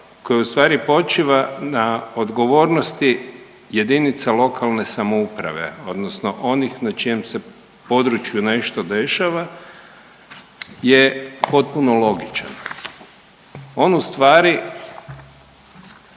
koji ustvari počiva na odgovornosti jedinice lokalne samouprave odnosno onih na čijem se području nešto dešava je potpuno logičan. On ustvari